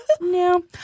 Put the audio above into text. No